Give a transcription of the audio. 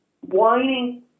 whining